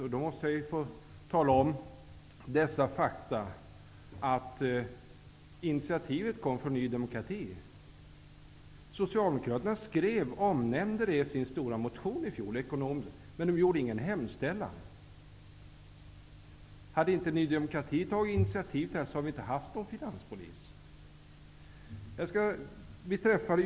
Jag måste då få tala om det faktum att initiativet kom från Ny demokrati. Socialdemokraterna nämnde förslaget i sin stora motion i fjol, men de gjorde ingen hemställan. Om inte Ny demokrati hade tagit ett initiativ skulle vi inte ha någon finanspolis.